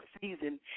season